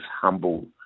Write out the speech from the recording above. humble